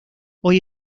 hoy